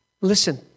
Listen